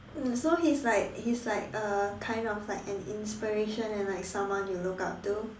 mm so he is like he is like a kind of like an inspiration and like someone you look up to